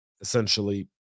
essentially